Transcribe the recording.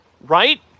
right